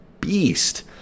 beast